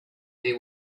they